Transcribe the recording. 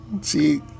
See